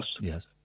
Yes